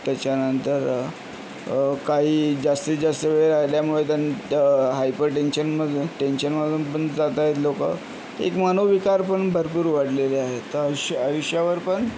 त्याच्यानंतर काही जास्तीत जास्त वेळ राहिल्यामुळे त्यां हायपरटेन्शनमधून टेन्शनमधून पण जात आहेत लोक एक मनोविकार पण भरपूर वाढलेले आहेत आयुष्य आयुष्यावर पण